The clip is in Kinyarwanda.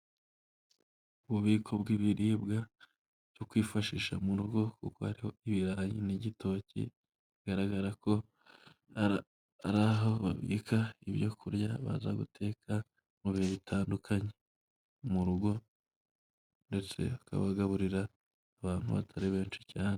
Ububiko bw'ibiribwa byo kwifashisha mu rugo, kuko hariho ibirayi n'igitoki bigaragara ko ari aho babika ibyo kurya, baza guteka mu bihe bitandukanye. Mu rugo ndetse hakaba hagaburira abantu batari benshi cyane.